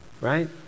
Right